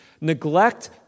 neglect